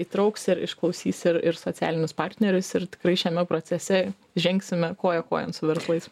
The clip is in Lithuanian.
įtrauks ir išklausys ir ir socialinius partnerius ir tikrai šiame procese žengsime koja kojon su verslais